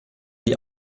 die